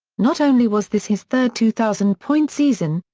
not only was this his third two thousand point season,